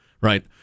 Right